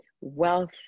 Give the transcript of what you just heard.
wealth